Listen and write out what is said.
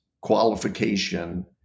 qualification